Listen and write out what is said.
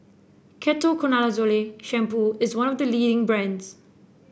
Ketoconazole Shampoo is one of the leading brands